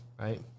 right